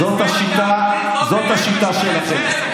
זאת השיטה, זאת השיטה שלכם.